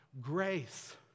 grace